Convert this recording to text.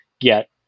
get